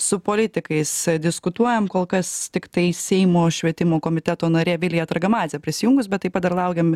su politikais diskutuojam kol kas tiktai seimo švietimo komiteto narė vilija targamadzė prisijungus bet taip pat dar laukiam